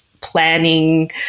planning